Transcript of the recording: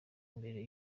imbere